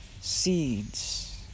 seeds